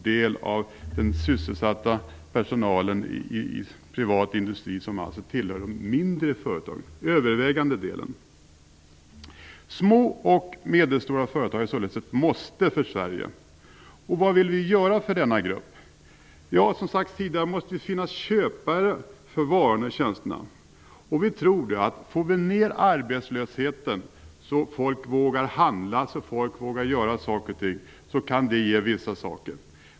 Den övervägande delen av personalen inom den privata industrin arbetar alltså i de mindre företagen. Små och medelstora företag är således ett måste för Sverige. Vad vill vi göra för denna grupp? Som jag tidigare sagt måste det finnas köpare av varorna och tjänsterna. Vi tror att om vi får ner arbetslösheten, så att folk vågar handla och göra saker och ting, så kan det ge resultat.